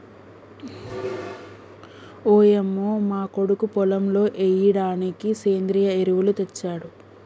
ఓయంమో మా కొడుకు పొలంలో ఎయ్యిడానికి సెంద్రియ ఎరువులు తెచ్చాడు